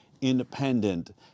independent